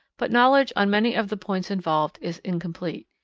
but knowledge on many of the points involved is incomplete.